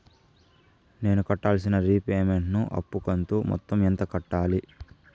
నేను కట్టాల్సిన రీపేమెంట్ ను అప్పు కంతు మొత్తం ఎంత కట్టాలి?